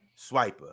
swiper